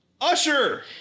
Usher